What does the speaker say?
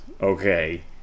Okay